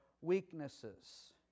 weaknesses